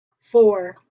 four